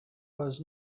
was